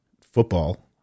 football